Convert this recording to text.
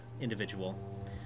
individual